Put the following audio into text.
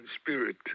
spirit